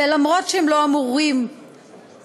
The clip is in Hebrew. ואף שהם לא אמורים להתגייס,